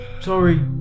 Sorry